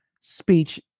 speech